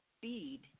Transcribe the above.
speed